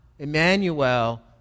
Emmanuel